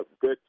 good